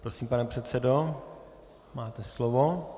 Prosím, pane předsedo, máte slovo.